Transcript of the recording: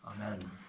Amen